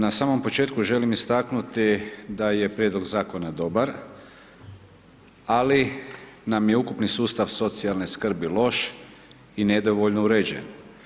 Na samom početku želim istaknuti da je prijedlog zakona dobar ali nam je ukupni sustav socijalne skrbi loš i nedovoljno uređen.